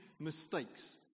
mistakes